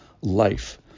life